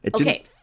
Okay